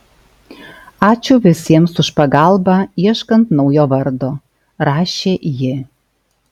ačiū visiems už pagalbą ieškant naujo vardo rašė ji